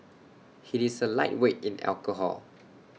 he is A lightweight in alcohol